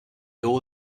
all